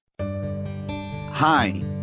Hi